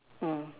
mm